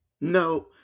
No